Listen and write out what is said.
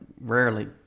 rarely